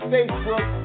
Facebook